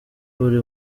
buri